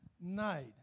night